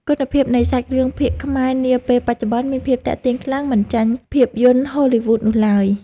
គុណភាពនៃសាច់រឿងភាគខ្មែរនាពេលបច្ចុប្បន្នមានភាពទាក់ទាញខ្លាំងមិនចាញ់ភាពយន្តហូលីវូដនោះឡើយ។